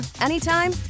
anytime